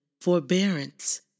forbearance